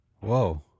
Whoa